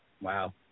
wow